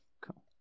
Cool